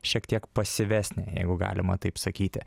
šiek tiek pasyvesnė jeigu galima taip sakyti